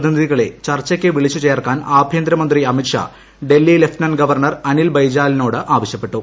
പ്രതിനിധികളെ ചർച്ചയ്ക്ക് വിളിച്ചു ചേർക്കാൻ ആഭ്യന്തരമന്ത്രി അമിത് ഷാ ഡൽഹി ലഫ്റ്റനന്റ് ഗവർണർ അനിൽ ബയ്ജാലിനോട് ആവശ്യപ്പെട്ടു